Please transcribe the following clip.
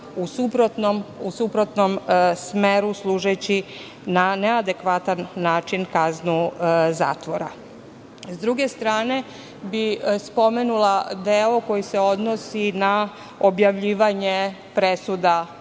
u suprotnom smeru služeći na neadekvatan način kaznu zatvora. Sa druge strane, spomenula bih deo koji se odnosi na objavljivanje presuda kada